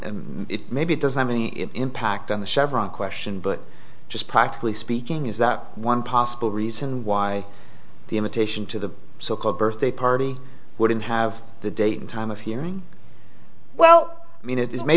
it maybe doesn't have any impact on the chevron question but just practically speaking is that one possible reason why the invitation to the so called birthday party wouldn't have the date and time of hearing well i mean it is